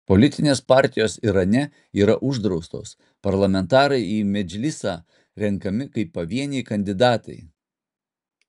politinės partijos irane yra uždraustos parlamentarai į medžlisą renkami kaip pavieniai kandidatai